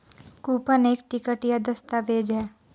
coupon एक ticket या दस्तावेज़ है